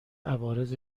عوارض